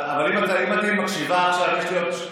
אבל אם היית מקשיבה עכשיו,